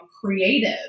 creative